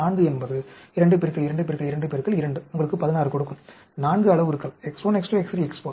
24 என்பது 2 2 2 2 உங்களுக்கு 16 கொடுக்கும் 4 அளவுருக்கள் X1 X2 X3 X4